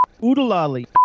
Oodalali